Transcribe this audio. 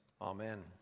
Amen